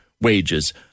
wages